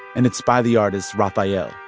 and it's by the artist raphael.